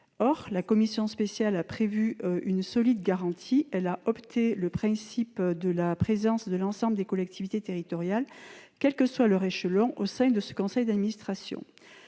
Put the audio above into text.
Or la commission spéciale a prévu une solide garantie, en adoptant le principe de la présence de l'ensemble des collectivités territoriales, quel que soit leur échelon, au sein de ce conseil d'administration.